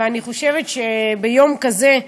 ואני חושבת שביום כזה,